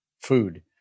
food